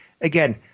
again –